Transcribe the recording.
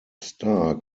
star